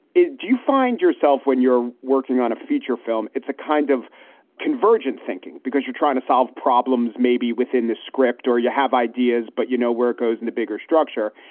do you find yourself when you're working on a feature film? it's a kind of convergent thinking because you're trying to solve problems maybe within the script or you have ideas, but you know where it goes and the bigger structure.